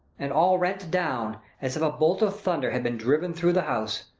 and all rent down, as if a bolt of thunder had been driven through the house.